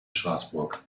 straßburg